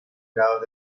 grados